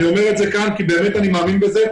אני אומר את זה כאן כי באמת אני מאמין בזה,